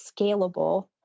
scalable